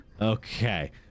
okay